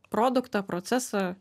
produktą procesą